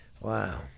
wow